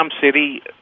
City